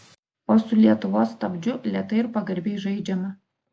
o su lietuvos stabdžiu lėtai ir pagarbiai žaidžiama